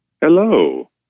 Hello